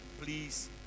please